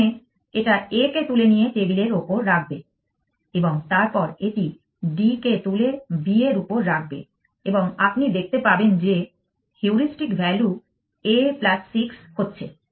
প্রথমে এটা A কে তুলে নিয়ে টেবিলের উপর রাখবে এবং তারপর এটি D কে তুলে B এর উপর রাখবে এবং আপনি দেখতে পাবেন যে হিউড়িস্টিক ভ্যালু A 6 হচ্ছে